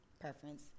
preference